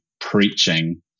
preaching